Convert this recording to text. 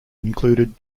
included